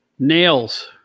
nails